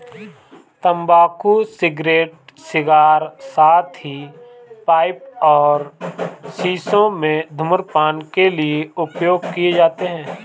तंबाकू cigarette, cigar, साथ ही पाइप और शीशों में धूम्रपान के लिए उपयोग किए जाते हैं